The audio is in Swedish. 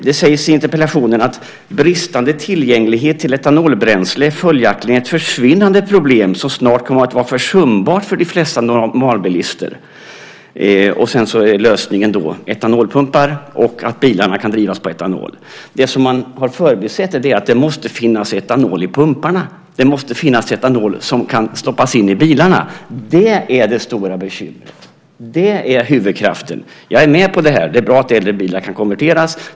Det sägs så här i interpellationen: "Bristande tillgänglighet till etanolbränsle är följaktligen ett försvinnande problem som snart kommer att vara försumbart för de flesta normalbilister." Lösningen är då etanolpumpar och att bilarna kan drivas på etanol. Det som man har förbisett är att det måste finnas etanol i pumparna, att det måste finnas etanol som kan stoppas in i bilarna. Det är det stora bekymret. Det är huvudkraften. Jag är med på det här: Det är bra att äldre bilar kan konverteras.